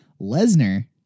Lesnar